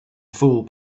fool